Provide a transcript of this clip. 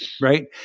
right